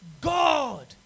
God